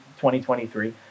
2023